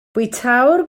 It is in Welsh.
bwytäwr